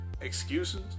Excuses